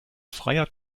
freier